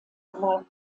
war